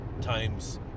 times